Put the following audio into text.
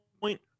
point